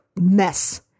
mess